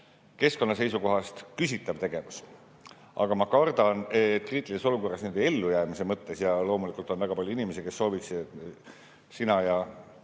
keskkonna seisukohast küsitav tegevus, kuid ma kardan, et kriitilises olukorras, nii-öelda ellujäämise mõttes – ja loomulikult on väga palju inimesi, kes sooviksid, et sina ja